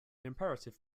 imperative